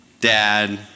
Dad